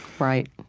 right.